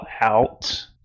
out